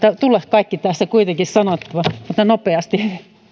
tulla nytten kaikki sanottua nopeasti